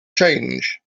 change